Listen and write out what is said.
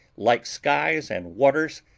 like skies and waters,